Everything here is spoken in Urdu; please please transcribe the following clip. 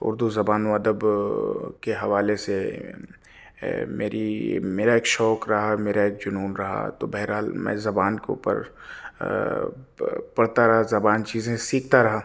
اردو زبان و ادب کے حوالے سے میری میرا ایک شوق رہا میرا ایک جنون رہا تو بہرحال میں زبان کے اوپر پڑھتا رہا زبان چیزیں سیکھتا رہا